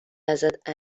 ازت